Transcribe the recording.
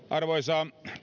arvoisa